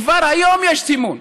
כבר היום יש סימון,